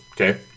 okay